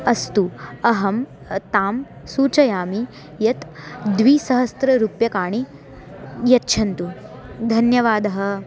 अस्तु अहं तां सूचयामि यत् द्विसहस्रं रूप्यकाणि यच्छन्तु धन्यवादः